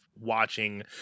watching